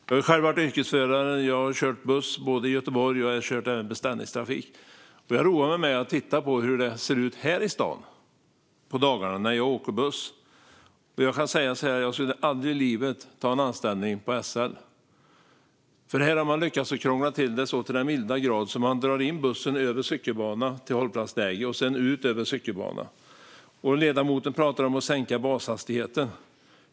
Jag har själv varit yrkesförare och kört buss i Göteborg och även beställningstrafik. När jag åker buss här i Stockholm brukar jag roa mig med att titta på hur det ser ut här i stan, och jag skulle aldrig i livet ta anställning på SL. Här har man nämligen lyckats krångla till det så till den milda grad att man drar in bussen över cykelbana till hållplatsläge och sedan ut över cykelbana. Ledamoten pratar om att sänka bashastigheten.